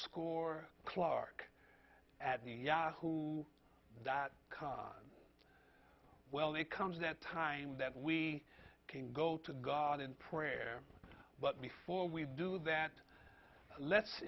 underscore clark at yahoo dot com well that comes that time that we can go to god in prayer but before we do that let's